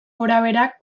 gorabeherak